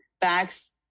bags